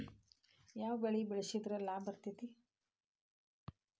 ಯಾವ ಬೆಳಿ ಬೆಳ್ಸಿದ್ರ ಲಾಭ ಬರತೇತಿ?